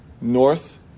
North